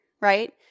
right